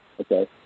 Okay